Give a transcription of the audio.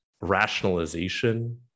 rationalization